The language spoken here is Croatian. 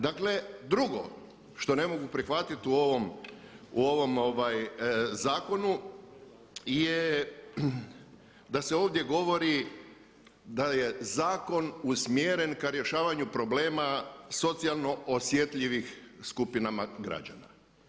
Drugo što ne mogu prihvatiti u ovom zakonu je da se ovdje govori da je zakon usmjeren k rješavanju problema socijalno osjetljivih skupinama građana.